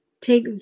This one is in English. take